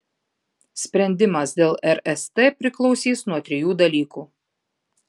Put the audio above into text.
sprendimas dėl rst priklausys nuo trijų dalykų